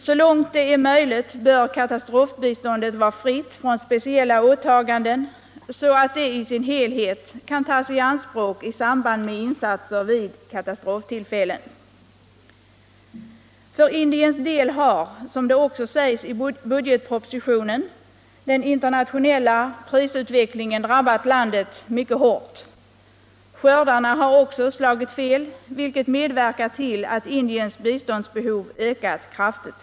Så långt det är möjligt bör katastrofbiståndet vara fritt från speciella åtaganden så att det i sin helhet kan tas i anspråk i samband med insatser vid katastroftillfällen. Den internationella prisutvecklingen har, som sägs i budgetpropositionen, drabbat Indien mycket hårt. Skördarna har också slagit fel, vilket medverkat till att Indiens biståndsbehov har ökat kraftigt.